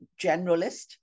generalist